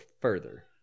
further